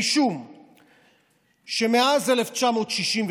גם מבחינת התוכן צריך להגיד אמת לציבור: הממשלה